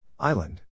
Island